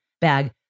bag